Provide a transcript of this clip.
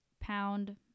pound